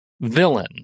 villain